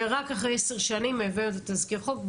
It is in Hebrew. ושרק אחרי עשר שנים יביאו את תזכיר החוק,